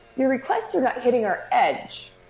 your requests are not hitting our edge,